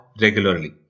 regularly